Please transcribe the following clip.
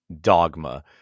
Dogma